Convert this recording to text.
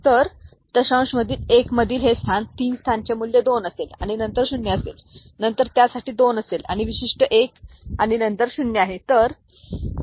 तर द 1 मधील हे स्थान 3 स्थानाचे मूल्य 2 असेल आणि नंतर 0 असेल त्यानंतर यासाठी 2 असेल विशिष्ट एक आणि नंतर ० आहे